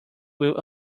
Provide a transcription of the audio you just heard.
will